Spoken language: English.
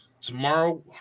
tomorrow